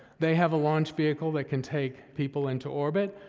they have a launch vehicle that can take people into orbit,